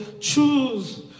choose